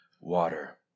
water